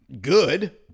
good